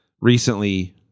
recently